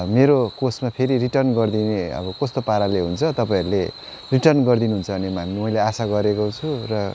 मेरो कोसमा फेरि रिटर्न गरिदिने अब कस्तो पाराले हुन्छ तपाईँहरूले रिटर्न गरिदिनुहुन्छ भन्ने मैले आशा गरेको छु र